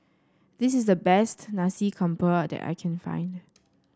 this is the best Nasi Campur that I can find